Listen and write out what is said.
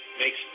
makes